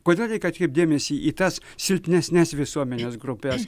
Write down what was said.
kodėl reik atkreipt dėmesį į tas silpnesnes visuomenės grupes